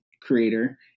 creator